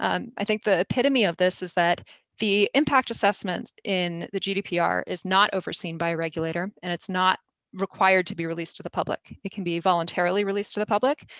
um i think the epitome of this is that the impact assessments in the gdpr is not overseen by a regulator and it's not required to be released to the public. it can be voluntarily released to the public.